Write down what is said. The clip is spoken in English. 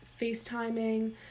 facetiming